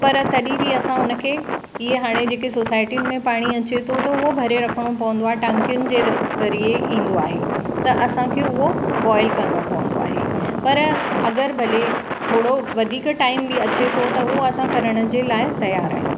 पर तॾहिं बि असां उनखे इअं हाणे जेके सोसाइटियुनि में पाणी अचे थो त उहो भरे रखणो पवंदो आहे टंकियुनि जे ज़रिए ईंदो आहे त असांखे उहो बॉइल करिणो पवंदो आहे पर अगरि भले थोरो वधीक टाइम बि अचे थो त उहो असां करण जे लाइ तियारु आहियूं